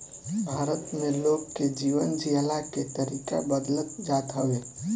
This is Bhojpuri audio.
भारत में लोग के जीवन जियला के तरीका बदलत जात हवे